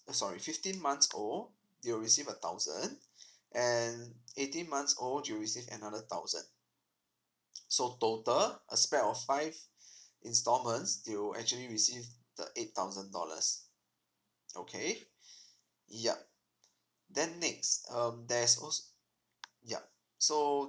[oh[ sorry fifteen months you'll receive a thousand and eighteen months old you'll receive another thousand so total a span of five installments you'll actually receive the eight thousand dollars okay yup then next um there's also yup so